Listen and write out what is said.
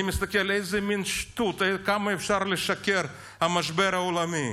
אני מסתכל איזו מין שטות וכמה אפשר לשקר "המשבר העולמי".